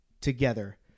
together